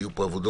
היו פה עבודות.